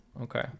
Okay